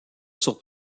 sur